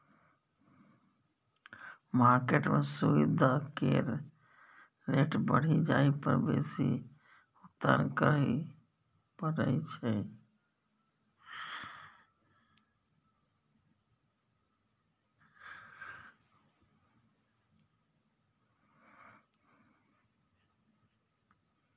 market में सूइद केर रेट बढ़ि जाइ पर बेसी भुगतान करइ पड़इ छै